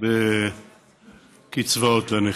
על קצבאות הנכים: